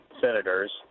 senators